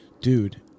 dude